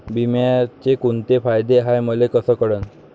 बिम्याचे कुंते फायदे हाय मले कस कळन?